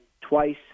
twice